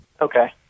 Okay